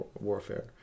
warfare